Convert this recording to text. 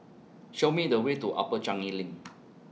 Show Me The Way to Upper Changi LINK